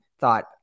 thought